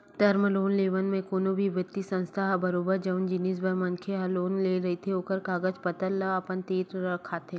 term loan लेवब म कोनो भी बित्तीय संस्था ह बरोबर जउन जिनिस बर मनखे ह लोन ले रहिथे ओखर कागज पतर ल अपन तीर राखथे